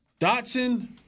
Dotson